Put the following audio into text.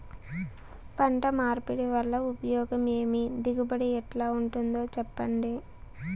పంట మార్పిడి వల్ల ఉపయోగం ఏమి దిగుబడి ఎట్లా ఉంటుందో చెప్పండి?